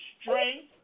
strength